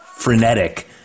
frenetic